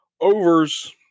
overs